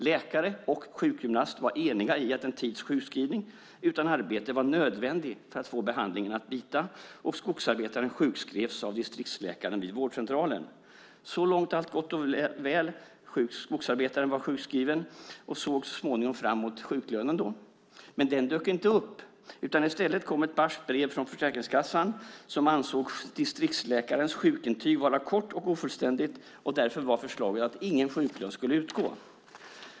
Läkare och sjukgymnast var eniga om att en tids sjukskrivning utan arbete var nödvändig för att behandlingen skulle bita. Skogsarbetaren sjukskrevs av distriktsläkaren vid vårdcentralen. Så långt var allt gott och väl. Skogsarbetaren var sjukskriven och såg så småningom fram emot sjuklönen. Men den dök inte upp. I stället kom ett barskt brev från Försäkringskassan som ansåg distriktsläkarens intyg vara kort och ofullständigt. Därför var förslaget att ingen sjuklön skulle utgå.